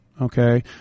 Okay